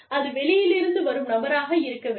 அது வெளியிலிருந்து வரும் நபராக இருக்க வேண்டும்